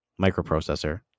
microprocessor